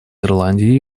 ирландии